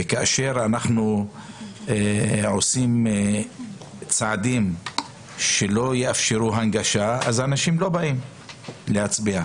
כאשר אנחנו עושים צעדים שלא יאפשרו הנגשה אנשים לא באים להצביע.